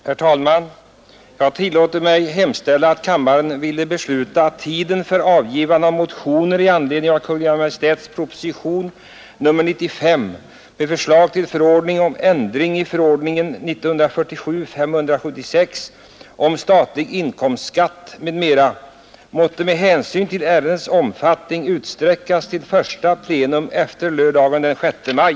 Herr talman! Jag tillåter mig hemställa att kammaren ville besluta att tiden för avgivande av motioner i anledning av Kungl. Maj:ts proposition nr 95 med förslag till förordning om ändring i förordningen om statlig inkomstskatt, m.m. måtte med hänsyn till ärendets omfattning utsträckas till första plenum efter lördagen den 6 maj.